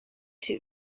two